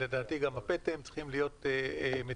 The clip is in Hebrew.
ולדעתי גם הפטם צריכים להיות מתוכננים,